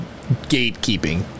gatekeeping